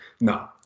No